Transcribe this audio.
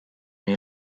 nii